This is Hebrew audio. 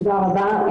תודה רבה.